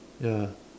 ya